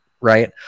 right